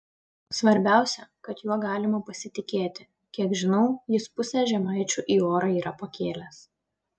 svarbiausia kad juo galima pasitikėti kiek žinau jis pusę žemaičių į orą yra pakėlęs